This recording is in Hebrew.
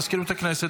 מזכירות הכנסת,